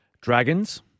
Dragons